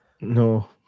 No